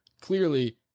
clearly